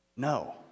No